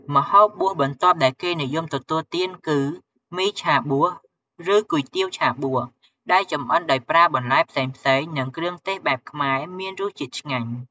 ម្ហូបបួសបន្ទាប់ដែលគេនិយមទទួលទានគឺ មីឆាបួស ឬគុយទាវឆាបួស ដែលចម្អិនដោយប្រើបន្លែផ្សេងៗ និងគ្រឿងទេសបែបខ្មែរ មានរសជាតិឆ្ងាញ់ ។